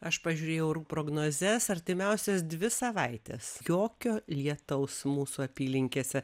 aš pažiūrėjau orų prognozes artimiausias dvi savaites jokio lietaus mūsų apylinkėse